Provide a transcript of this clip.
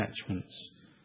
attachments